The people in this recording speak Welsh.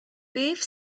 beth